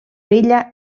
vella